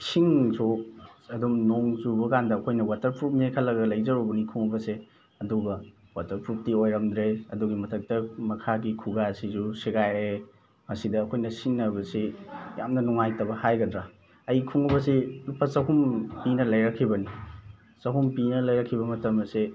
ꯏꯁꯤꯡꯁꯨ ꯑꯗꯨꯝ ꯅꯣꯡ ꯆꯨꯕ ꯀꯥꯟꯗ ꯑꯩꯈꯣꯏꯅ ꯋꯥꯇꯔ ꯄ꯭ꯔꯨꯞꯅꯦ ꯈꯜꯂꯒ ꯂꯩꯖꯔꯨꯕꯅꯤ ꯈꯣꯡꯎꯞ ꯑꯁꯦ ꯑꯗꯨꯒ ꯋꯥꯇꯔ ꯄ꯭ꯔꯨꯞꯇꯤ ꯑꯣꯏꯔꯝꯗ꯭ꯔꯦ ꯑꯗꯨꯒꯤ ꯃꯊꯛꯇ ꯃꯈꯥꯒꯤ ꯈꯨꯒꯥꯁꯤꯁꯨ ꯁꯦꯒꯥꯏꯔꯦ ꯑꯁꯤꯗ ꯑꯩꯈꯣꯏꯅ ꯁꯤꯖꯤꯟꯅꯕꯁꯤ ꯌꯥꯝꯅ ꯅꯨꯡꯉꯥꯏꯇꯕ ꯍꯥꯏꯒꯗ꯭ꯔꯥ ꯑꯩ ꯈꯨꯡꯎꯞ ꯑꯁꯤ ꯂꯨꯄꯥ ꯆꯍꯨꯝ ꯄꯤꯔ ꯂꯩꯔꯛꯈꯤꯕꯅꯤ ꯆꯍꯨꯝ ꯄꯤꯔ ꯂꯩꯔꯛꯈꯤꯕ ꯃꯇꯝ ꯑꯁꯦ